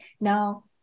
Now